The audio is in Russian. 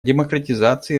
демократизации